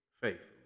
faithful